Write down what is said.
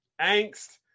angst